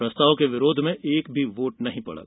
प्रस्ताव के विरोध में एक भी वोट नहीं पड़ा